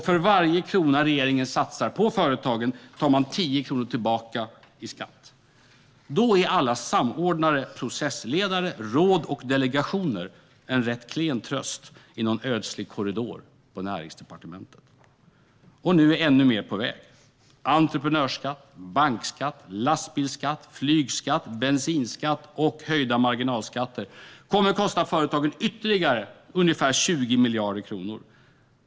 För varje krona regeringen satsar på företagen tar man 10 kronor tillbaka i skatt. Då är alla samordnare, processledare, råd och delegationer en rätt klen tröst i någon ödslig korridor på Näringsdepartementet. Nu är ännu mer på väg: Entreprenörsskatt, bankskatt, lastbilsskatt, flygskatt, bensinskatt och höjda marginalskatter kommer att kosta företagen ytterligare ungefär 20 miljarder kronor.